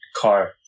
car